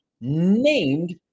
named